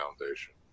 Foundation